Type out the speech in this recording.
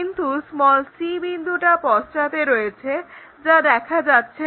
কিন্তু c বিন্দুটা পশ্চাৎ প্রান্তে রয়েছে যা দেখা যাচ্ছে না